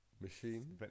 machine